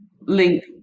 link